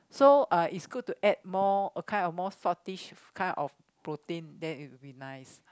so uh it's good to add more a kind of more saltish kind of protein then it will be nice